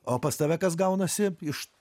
o pas tave kas gaunasi iš